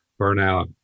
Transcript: burnout